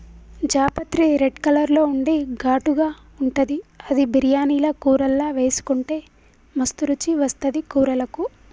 జాపత్రి red colour లో ఉండి ఘాటుగా ఉంటది అది బిర్యానీల కూరల్లా వేసుకుంటే మస్తు రుచి వస్తది కూరలకు